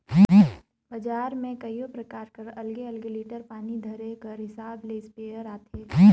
बजार में कइयो परकार कर अलगे अलगे लीटर पानी धरे कर हिसाब ले इस्पेयर आथे